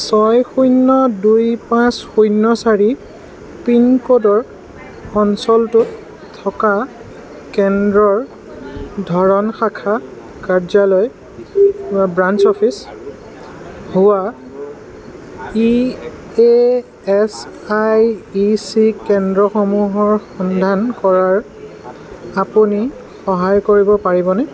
ছয় শূন্য দুই পাঁচ শূন্য চাৰি পিন ক'ডৰ অঞ্চলটোত থকা কেন্দ্ৰৰ ধৰণ শাখা কাৰ্যালয় বা ব্ৰাঞ্চ অফিছ হোৱা E A S I E C কেন্দ্ৰসমূহৰ সন্ধান কৰাত আপুনি সহায় কৰিব পাৰিবনে